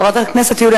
חברת הכנסת יוליה,